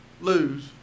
lose